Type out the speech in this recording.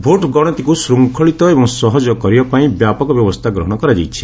vote ଗଣତିକୁ ଶୃଙ୍ଖଳିତ ଏବଂ ସହଜ କରିବା ପାଇଁ ବ୍ୟାପକ ବ୍ୟବସ୍ଥା ଗ୍ରହର କରାଯାଇଛି